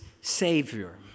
Savior